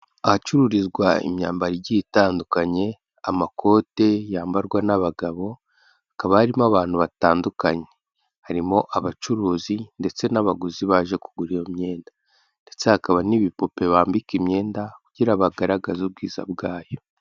Ahacururizwa imyambaro igiye itandukanye, amakote yambarwa n'abagabo, hakaba harimo abantu batandukanye, harimo abacuruzi ndetse n'abaguzi baje kugura iyo myenda ndetse hakaba n'ibipupe bambika imyenda kugira bagaragaze ubwiza bwayo.